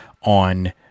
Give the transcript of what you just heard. on